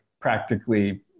practically